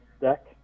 deck